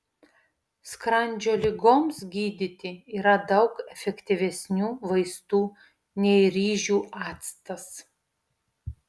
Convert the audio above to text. skrandžio ligoms gydyti yra daug efektyvesnių vaistų nei ryžių actas